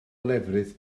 lefrith